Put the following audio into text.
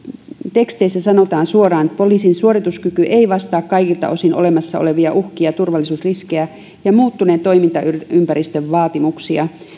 teksteissä sanotaan suoraan että poliisin suorituskyky ei vastaa kaikilta osin olemassa olevia uhkia turvallisuusriskejä ja muuttuneen toimintaympäristön vaatimuksia